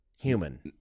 human